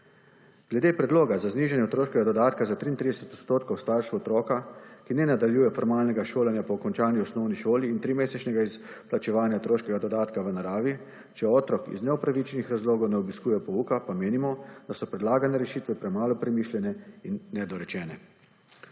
Glede predloga za znižanje otroškega dodatka 33 % staršev otroka, ki ne nadaljuje formalnega šolanja po končani osnovni šoli, in trimesečnega izplačevanja otroškega dodatka v naravi, če otrok iz neupravičenih razlogov ne obiskuje pouka, pa menimo, da so predlagane rešitve premalo premišljene in nedorečene.